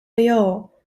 major